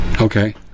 okay